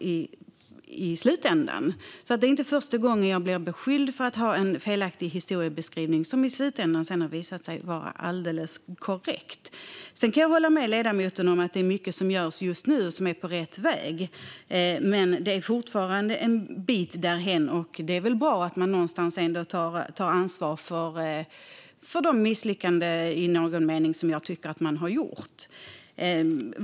Det är alltså inte första gången jag blir beskylld för att ha en felaktig historiebeskrivning som sedan i slutänden har visat sig vara alldeles korrekt. Sedan kan jag hålla med ledamoten om att det är mycket som görs just nu som är på rätt väg. Men det är fortfarande en bit därhän, och det är väl bra att man någonstans ändå tar ansvar för de misslyckanden, i någon mening, som jag tycker att man har gjort.